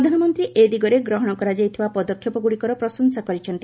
ପ୍ରଧାନମନ୍ତ୍ରୀ ଏଦିଗରେ ଗ୍ରହଣ କରାଯାଇଥିବା ପଦକ୍ଷେପଗୁଡ଼ିକର ପ୍ରଶଂସା କରିଛନ୍ତି